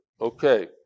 Okay